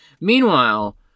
Meanwhile